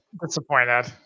Disappointed